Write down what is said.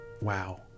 wow